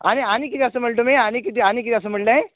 आनी आनी आनी किदें आस म्हणले तुमी आनी किदें आनी किदें आस म्हणले